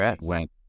went